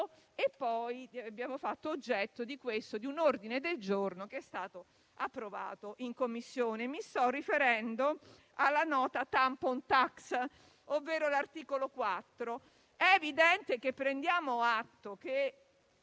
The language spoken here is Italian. Ne abbiamo fatto oggetto di un emendamento e poi di un ordine del giorno che è stato approvato in Commissione: mi sto riferendo alla nota *tampon tax*, ovvero all'articolo 4. È evidente che prendiamo atto che